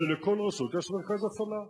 שלכל רשות יש מרכז הפעלה,